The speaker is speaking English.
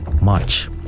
march